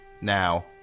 now